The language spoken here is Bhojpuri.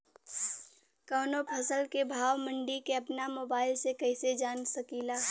कवनो फसल के भाव मंडी के अपना मोबाइल से कइसे जान सकीला?